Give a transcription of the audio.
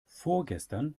vorgestern